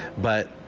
but